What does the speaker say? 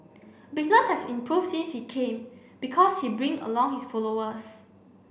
business has improved since he came because he'll bring along his followers